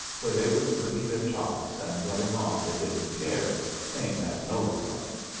where they was licking their chops, and letting on they didn't care, same as nolan was.